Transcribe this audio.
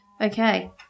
Okay